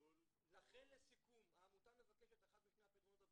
לכן לסיכום העמותה מבקשת אחד משני הפתרונות הבאים,